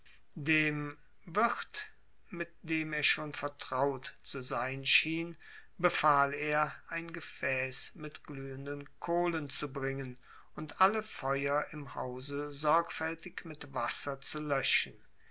dem wirt mit dem er schon vertraut zu sein schien befahl er ein gefäß mit glühenden kohlen zu bringen und alle feuer im hause sorgfältig mit wasser zu löschen